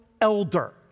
elder